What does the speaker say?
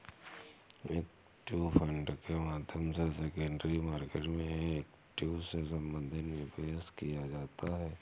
equity fund के माध्यम से सेकेंडरी मार्केट में इक्विटी से संबंधित निवेश किया जाता है